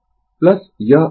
तो जो कुछ भी यहाँ मिला है